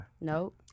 Nope